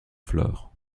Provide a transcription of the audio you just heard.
fleur